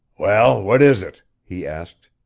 well, what is it? he asked.